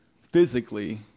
physically